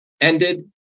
ended